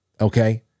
Okay